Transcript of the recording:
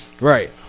Right